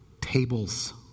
tables